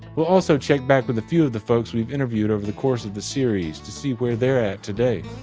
we'll also check back with a few of the folks we've interviewed over the course of the series to see where they're at today.